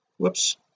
whoops